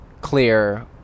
clear